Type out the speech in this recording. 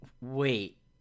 wait